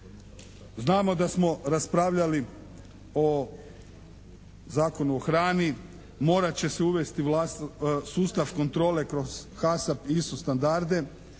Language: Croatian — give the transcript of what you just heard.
Znamo da smo raspravljali o Zakonu o hranu. Morat će se uvesti sustav kontrole kroz HASAP i ISO standarde.